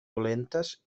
dolentes